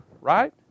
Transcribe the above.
Right